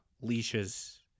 leashes